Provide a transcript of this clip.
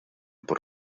por